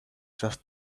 just